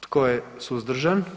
Tko je suzdržan?